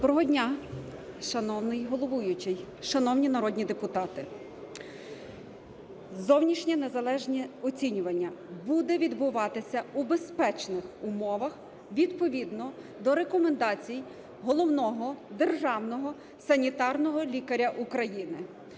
Доброго дня, шановний головуючий, шановні народні депутати. Зовнішнє незалежне оцінювання буде відбуватися у безпечних умовах відповідно до рекомендацій Головного державного санітарного лікаря України.